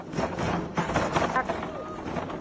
ओ आप